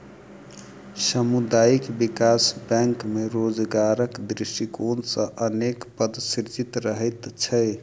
सामुदायिक विकास बैंक मे रोजगारक दृष्टिकोण सॅ अनेक पद सृजित रहैत छै